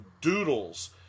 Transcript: doodles